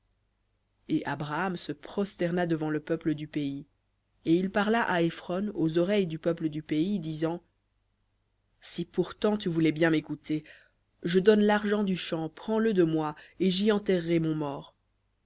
et abraham se prosterna devant le peuple du pays et il parla à éphron aux oreilles du peuple du pays disant si pourtant tu voulais bien m'écouter je donne l'argent du champ prends-le de moi et j'y enterrerai mon mort